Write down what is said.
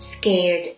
scared